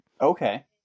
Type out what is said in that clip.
Okay